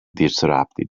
disrupted